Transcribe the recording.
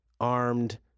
armed